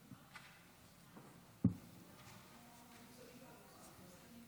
לרשותך שלוש דקות, בבקשה.